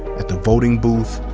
at the voting booth,